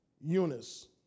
Eunice